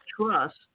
trust